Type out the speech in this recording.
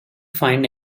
find